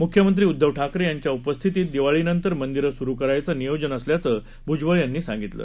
मुख्यमंत्री उद्दव ठाकरे यांच्या उपस्थितीत दिवाळीनंतर मंदिरं सुरू करायचं नियोजन असल्याचं भुजबळ यांनी सांगितलं